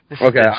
Okay